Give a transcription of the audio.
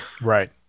Right